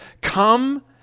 come